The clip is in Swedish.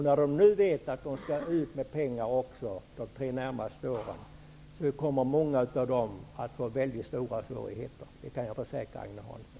När de nu också vet att de skall betala ut pengar under de tre närmaste åren kommer många av dem att få mycket stora svårigheter. Det kan jag försäkra Agne Hansson om.